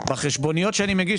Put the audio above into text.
בחשבוניות שאני מגיש,